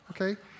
okay